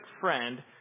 friend